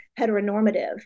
heteronormative